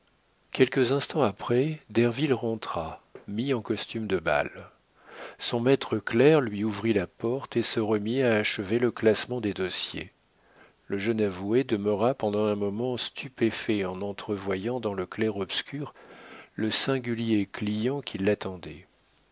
quelques instants après derville rentra mis en costume de bal son maître clerc lui ouvrit la porte et se remit à achever le classement des dossiers le jeune avoué demeura pendant un moment stupéfait en entrevoyant dans le clair-obscur le singulier client qui l'attendait